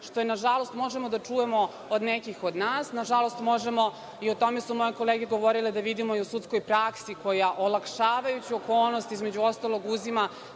što nažalost možemo da čujemo od nekih od nas, nažalost možemo i o tome su moje kolege govorile, da vidimo i u sudskoj praksi koja olakšavajuću okolnost, između ostalog, za